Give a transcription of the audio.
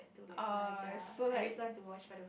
err so like